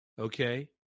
Okay